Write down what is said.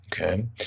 Okay